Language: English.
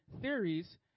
theories